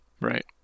Right